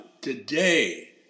today